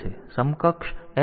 સમકક્ષ FF છે જે માઈનસ 1 છે